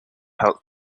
held